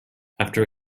after